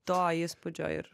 to įspūdžio ir